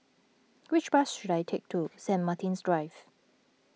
which bus should I take to Saint Martin's Drive